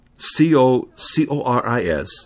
c-o-c-o-r-i-s